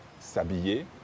s'habiller